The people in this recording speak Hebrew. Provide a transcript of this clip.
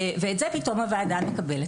ואת זה פתאום הוועדה מקבלת.